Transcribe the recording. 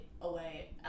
away